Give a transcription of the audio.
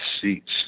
seats